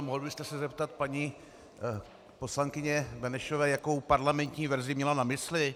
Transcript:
Mohl byste se zeptat paní poslankyně Benešové, jakou parlamentní verzi měla na mysli?